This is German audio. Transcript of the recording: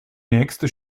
nächste